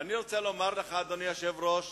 ואני רוצה לומר לך, אדוני היושב-ראש,